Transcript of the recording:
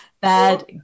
bad